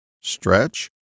Stretch